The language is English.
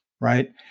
Right